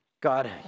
God